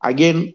Again